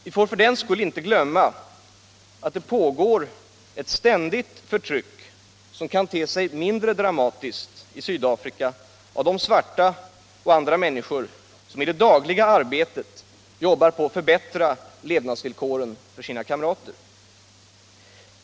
Vi får för den skull inte glömma att det i Sydafrika pågår ett ständigt förtryck, som kan te sig mindre dramatiskt, mot de svarta och andra människor som i det dagliga arbetet jobbar på att förbättra levnadsvillkoren för sina kamrater.